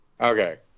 okay